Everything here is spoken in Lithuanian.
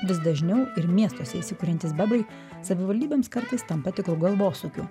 vis dažniau ir miestuose įsikuriantys bebrai savivaldybėms kartais tampa tikru galvosūkiu